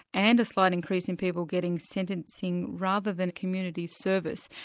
and slight increase in people getting sentencing rather than community service.